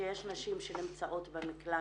שיש נשים שנמצאות במקלט,